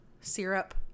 syrup